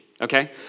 Okay